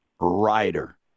writer